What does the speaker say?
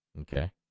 Okay